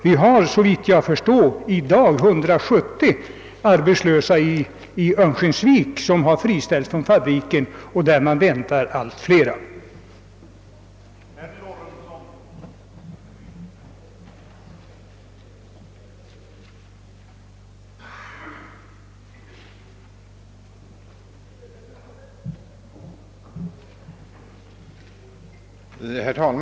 Vi har i dag, såvitt jag förstår, 170 arbetslösa i Örnsköldsvik som friställts från fabriken, och man väntar att antalet skall öka.